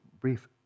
brief